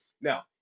Now